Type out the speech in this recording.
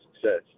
success